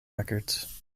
records